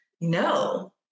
No